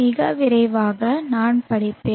மிக விரைவாக நான் படிப்பேன்